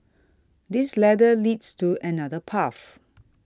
this ladder leads to another path